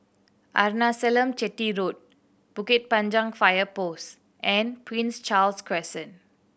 Arnasalam Chetty Road Bukit Panjang Fire Post and Prince Charles Crescent